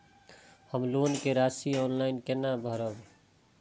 हम लोन के राशि ऑनलाइन केना भरब?